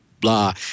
blah